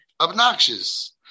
obnoxious